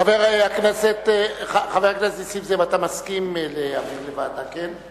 חבר הכנסת נסים זאב, אתה מסכים להעביר לוועדה, כן?